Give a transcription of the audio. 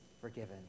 forgiven